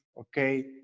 okay